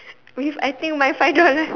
with I think my five dollar